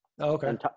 okay